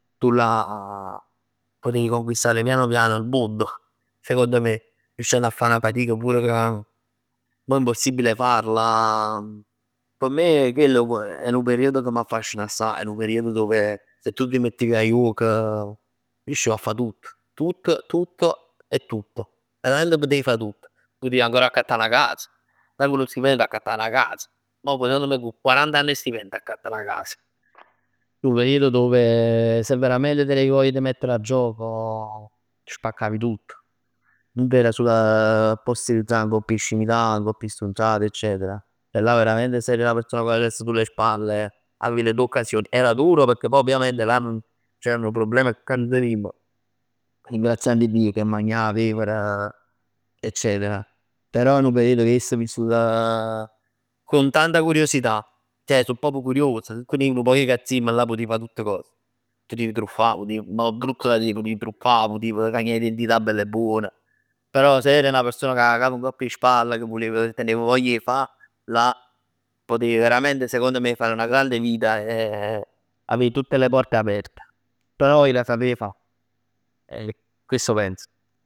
Tu là potevi conquistare piano piano il mondo, secondo me, riuscenn 'a fa 'na fatic pur ca mo è impossibile farla. P' me chell è 'nu periodo che m'affascina assaj. È 'nu periodo dove se tu ti mettiv 'a juoc riuscivi 'a fa tutt tutt tutto e tutto, veramente potevi fa tutt. T' putiv ancora accattà 'na cas, là cu 'nu stipendio t'accattav 'na cas. Mo cu quarant'anni 'e stipendio t'accatt 'na cas. Nu periodo dove se veramente tenevi voglia 'e t' metter 'a gioco spaccavi tutto. Nun t' era sul fossilizzà ngopp 'e scimità, ngopp 'e strunzat eccetera. Ceh là se veramente eri 'na persona con la testa sulle spalle, avevi le tue occasioni. Era duro pecchè poj ovviamente là, c'era nu problem che nuje cà nun tenimm. Ringraziann Dio, ch' è magnà, vevere eccetera, però è 'nu periodo che ij avess vissut con tanta curiosità. Ceh so proprio curioso, Se teniv nu poc 'e cazzimm là putiv fa tutt cos, putiv truffà, putiv, mo è brutto da dire, ma putiv truccà, putiv cagnà identità bell 'e buon. Però se eri 'na persona cu 'a cap ngopp 'e spall ca tenev voglia 'e fa, là, potevi veramente secondo me fare 'na grande vita e avevi tutte le porte aperte. Però 'er sapè fa. E questo penso.